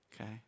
Okay